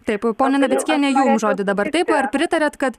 taip ponia navickiene jum žodį dabar taip ar pritariat kad